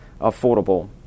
affordable